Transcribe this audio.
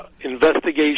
Investigation